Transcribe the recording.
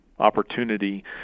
Opportunity